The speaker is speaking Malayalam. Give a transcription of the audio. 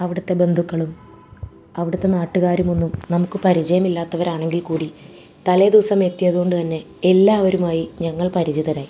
അവിടുത്തെ ബന്ധുക്കളും അവിടുത്തെ നാട്ടുകാരും ഒന്നും നമുക്ക് പരിചയം ഇല്ലാത്തവരാണെങ്കിൽ കൂടിയും തലേദിവസം എത്തിയതു കൊണ്ടുതന്നെ എല്ലാവരുമായി ഞങ്ങൾ പരിചിതരായി